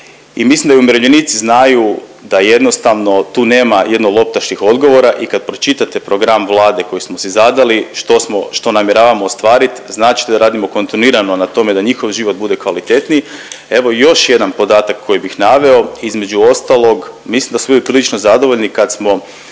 mislim da i umirovljenici znaju da jednostavno tu nema jednoloptaških odgovora i kad pročitate program Vlade koji smo si zadali, što smo, što namjeravamo ostvarit znat ćete da radimo kontinuirano na tome da njihov život bude kvalitetniji. Evo i još jedan podatak koji bih naveo između ostalog mislim da su bili prilično zadovoljni kad smo